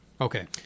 Okay